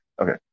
Okay